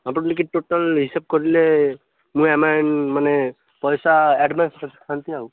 ହଁ total total ହିସାବ କରିଲେ ମୁଁ ମାନେ ପଇସା ଆଡ଼ଭାନ୍ସ ରଖିଥାନ୍ତି ଆଉ